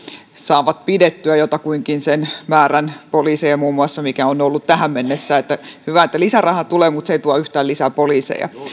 saavat pidettyä muun muassa jotakuinkin sen määrän poliiseja mikä on ollut tähän mennessä hyvä että lisärahaa tulee mutta se ei tuo yhtään lisää poliiseja